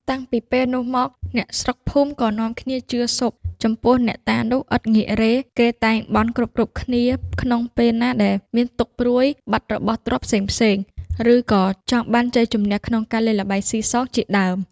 តាំងពីពេលនោះមក អ្នកស្រុកភូមិក៏នាំគ្នាជឿស៊ប់ ចំពោះអ្នកតានោះឥតងាករេ គេតែងបន់គ្រប់ៗគ្នា ក្នុងពេលណាដែលមានទុក្ខព្រួយ បាត់របស់ទ្រព្យផ្សេងៗ ឬ ក៏ចង់បានជ័យជម្នះក្នុងការលេងល្បែងស៊ីសង ជាដើម ។